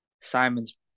Simons